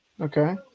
Okay